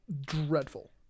dreadful